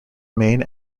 main